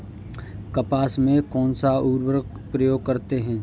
कपास में कौनसा उर्वरक प्रयोग करते हैं?